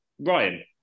Ryan